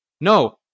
No